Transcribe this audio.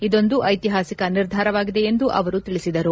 ಇದೊಂದು ಐತಿಹಾಸಿಕ ನಿರ್ಧಾರವಾಗಿದೆ ಎಂದು ಅವರು ತಿಳಿಸಿದರು